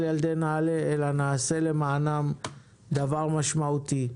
ילדי נעל"ה אלא נעשה למענם משהו משמעותי.